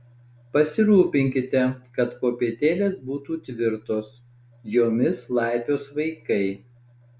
pasirūpinkite kad kopėtėlės būtų tvirtos jomis laipios vaikas